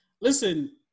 Listen